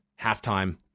halftime